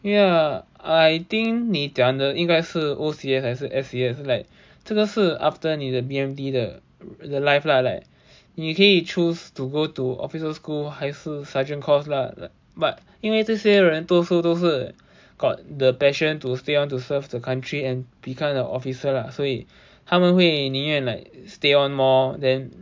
ya I think 你讲的因该是 O_C_S 还是 S_C_S like 这个是 after 你的 BMT 的 life lah like 你可以 choose to go to officers school 还是 sergeant course lah but 因为这是人多数都是 got the passion to stay on to serve the country and become a officer lah 所以他们会宁愿 like stay on more than